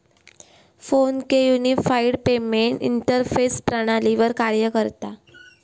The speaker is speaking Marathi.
फोन पे युनिफाइड पेमेंट इंटरफेस प्रणालीवर कार्य करता